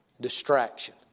distraction